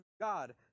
God